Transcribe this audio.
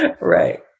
Right